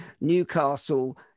Newcastle